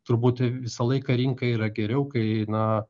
turbūt visą laiką rinkai yra geriau kai na